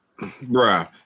Bruh